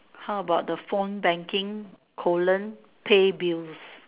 how about the phone banking colon pay bills